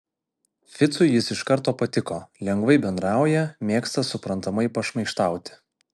ficui jis iš karto patiko lengvai bendrauja mėgsta suprantamai pašmaikštauti